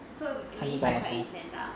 so 你一百块 eighty cents ah